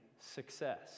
success